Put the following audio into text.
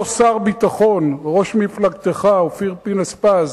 אותו שר ביטחון, ראש מפלגתך, אופיר פינס-פז,